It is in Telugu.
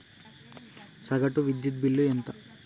సగటు విద్యుత్ బిల్లు ఎంత?